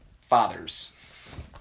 fathers